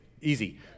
easy